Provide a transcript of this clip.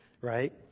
right